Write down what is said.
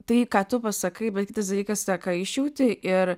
tai ką tu pasakai bet kitas dalykas tą ką išjauti ir